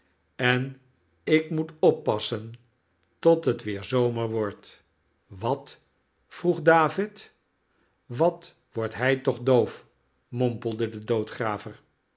en ik moet oppassen tot het weer zomer wordt wat vroeg david wat wordt hij toch doof mompelde de